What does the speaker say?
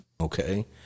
Okay